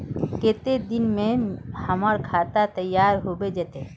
केते दिन में हमर खाता तैयार होबे जते?